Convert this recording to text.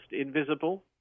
invisible